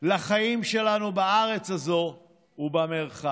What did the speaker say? לחיים שלנו בארץ הזאת ובמרחב.